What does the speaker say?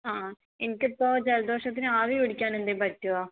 ആ എനിക്കിപ്പോൾ ജലദോഷത്തിന് ആവി പിടിക്കാൻ എന്തെങ്കിലും പറ്റുമോ